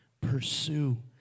Pursue